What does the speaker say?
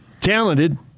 Talented